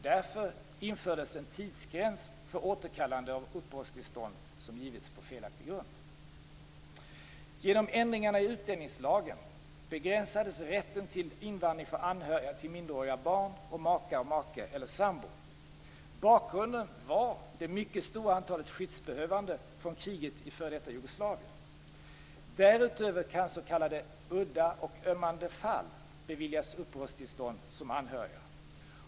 Därför infördes en tidsgräns för återkallande av uppehållstillstånd som givits på felaktig grund. Därutöver kan s.k. udda och ömmande fall beviljas uppehållstillstånd som anhöriga.